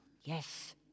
Yes